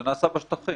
זה נעשה בשטחים.